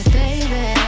baby